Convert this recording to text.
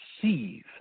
perceive